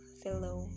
fellow